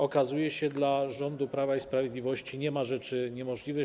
Okazuje się, że dla rządu Prawa i Sprawiedliwości nie ma rzeczy niemożliwych.